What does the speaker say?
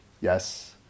yes